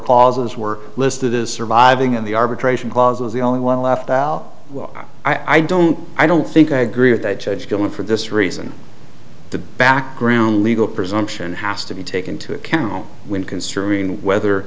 clauses were listed as surviving in the arbitration clause was the only one left out i don't i don't think i agree with that judge going for this reason the background legal presumption has to be take into account when considering whether